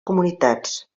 comunitats